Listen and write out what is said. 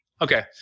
Okay